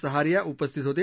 सहारिया उपस्थित होते